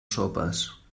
sopes